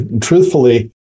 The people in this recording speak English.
truthfully